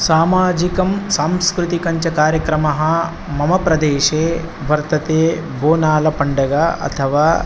सामाजिकं सांस्कृतिकञ्च कार्यक्रमः मम प्रदेशे वर्तते बोनालपण्डग अथवा